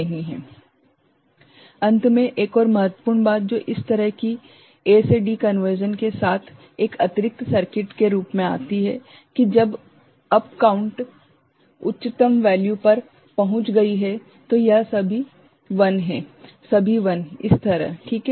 slide समय देखें 2650 अंत में एक और महत्वपूर्ण बात जो इस तरह की A से D कन्वर्शन के साथ एक अतिरिक्त सर्किट के रूप में आती है कि जब उप काउंट उच्चतम वैल्यू पर पहुंच गई है तो यह सभी 1s हैं सभी 1s इस तरह ठीक हैं